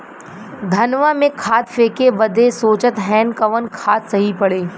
धनवा में खाद फेंके बदे सोचत हैन कवन खाद सही पड़े?